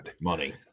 money